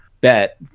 bet